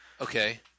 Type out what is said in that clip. Okay